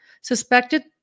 suspected